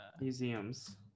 Museums